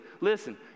listen